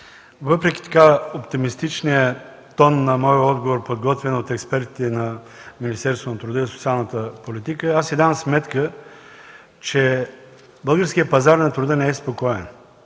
въпреки оптимистичния тон на моя отговор, подготвен от експертите на Министерството на труда и социалната политика, аз си давам сметка, че българският пазар на труда не е спокоен.